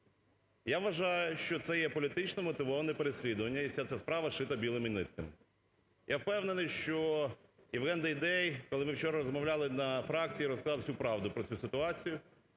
Я вважаю, що це є політично вмотивоване переслідування і вся ця справа "шита білими нитками". Я впевнений, що Євген Дейдей, коли ми вчора розмовляли на фракції, розказав всю правду про цю ситуацію.